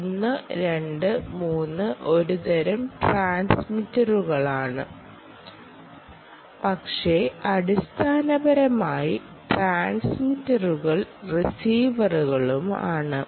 1 2 3 ഒരു തരം ട്രാൻസ്മിറ്ററുകളാണെന്ന് കരുതുക പക്ഷേ അടിസ്ഥാനപരമായി ട്രാൻസ്മിറ്ററുകൾ റിസീവറുകളും ആണ്